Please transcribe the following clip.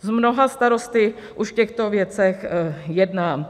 S mnoha starosty už v těchto věcech jednám.